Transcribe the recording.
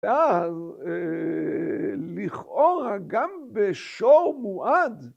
‫ואז לכאורה גם בשור מועד